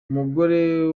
umugore